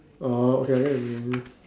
orh okay I get what you mean